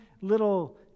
little